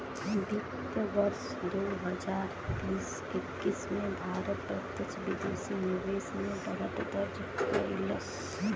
वित्त वर्ष दू हजार बीस एक्कीस में भारत प्रत्यक्ष विदेशी निवेश में बढ़त दर्ज कइलस